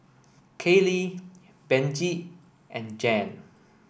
Kaylie Benji and Jan